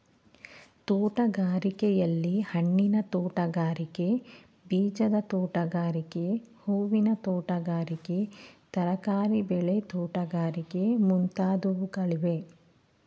ತೋಟಗಾರಿಕೆಯಲ್ಲಿ, ಹಣ್ಣಿನ ತೋಟಗಾರಿಕೆ, ಬೀಜದ ತೋಟಗಾರಿಕೆ, ಹೂವಿನ ತೋಟಗಾರಿಕೆ, ತರಕಾರಿ ಬೆಳೆ ತೋಟಗಾರಿಕೆ ಮುಂತಾದವುಗಳಿವೆ